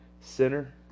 Center